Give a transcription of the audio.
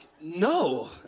no